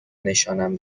نشانم